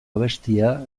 abestia